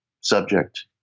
subject